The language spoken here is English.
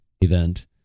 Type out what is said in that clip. event